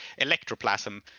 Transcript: electroplasm